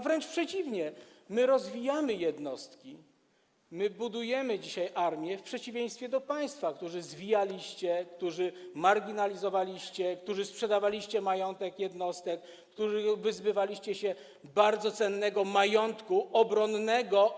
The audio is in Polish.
Wręcz przeciwnie, my rozwijamy jednostki, my budujemy dzisiaj armię, w przeciwieństwie do państwa, którzy to zwijaliście, marginalizowaliście, którzy sprzedawaliście majątek jednostek, wyzbywaliście się bardzo cennego majątku obronnego.